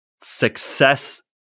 success